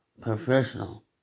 professional